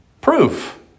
Proof